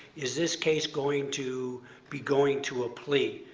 is this case going to be going to a plea?